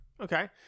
Okay